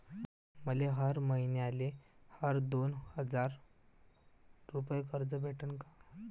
मले हर मईन्याले हर दोन हजार रुपये कर्ज भेटन का?